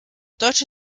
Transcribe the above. deutsche